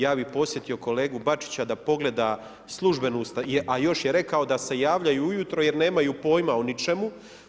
Ja bih podsjetio kolegu Bačića, da pogleda službenu, a još je rekao da se javljaju ujutro jer nemaju pojma o ničemu.